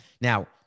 Now